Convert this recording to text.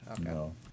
no